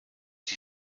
die